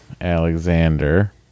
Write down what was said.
Alexander